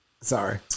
Sorry